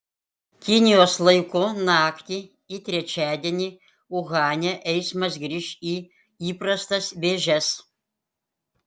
kinijos laiku naktį į trečiadienį uhane eismas grįš į įprastas vėžes